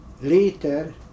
later